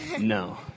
No